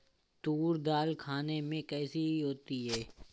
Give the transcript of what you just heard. तूर दाल खाने में कैसी होती है?